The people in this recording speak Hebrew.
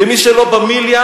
ומי שלא במיליה,